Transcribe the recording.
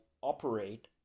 operate